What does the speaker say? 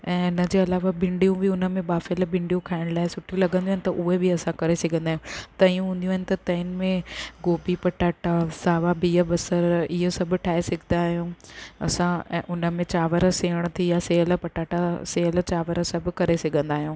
ऐं हिन जे अलावा भिंडीयूं बि हुन में ॿाफियल भिंडीयूं खाइण लाइ सुठी लॻंदियूं आहिनि त उहे बि असां करे सघंदा आहियूं तयूं हूंदियूं आहिनि तयुनि में गोभी पटाटा सावा बीह बसरी इहो सभु ठाहे सघंदा आहियूं असां ऐं उन में चांवर सेहण थी विया सेहल पटाटा सेहल चांवरु सभु करे सघंदा आहियूं